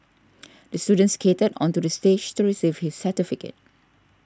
the student skated onto the stage to receive his certificate